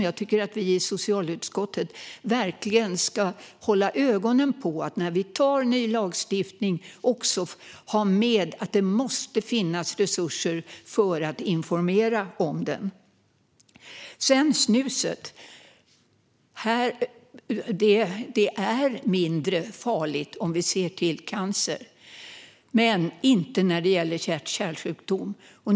Jag tycker att vi i socialutskottet verkligen ska hålla ögonen på att vi när vi antar ny lagstiftning också har med att det måste finnas resurser för att informera om den. Snuset är mindre farligt om vi ser till cancer men inte när det gäller hjärt-kärlsjukdom.